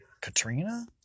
Katrina